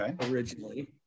originally